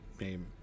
name